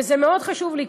וזה מאוד חשוב לי,